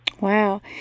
Wow